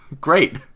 Great